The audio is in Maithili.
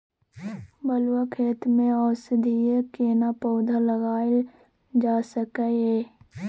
बलुआ खेत में औषधीय केना पौधा लगायल जा सकै ये?